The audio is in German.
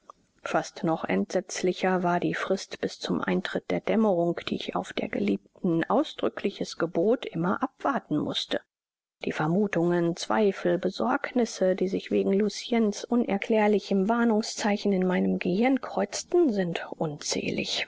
fast noch entsetzlicher war die frist bis zum eintritt der dämmerung die ich auf der geliebten ausdrückliches gebot immer abwarten mußte die vermuthungen zweifel besorgnisse die sich wegen luciens unerklärlichem warnungszeichen in meinem gehirn kreuzten sind unzählig